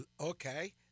Okay